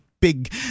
big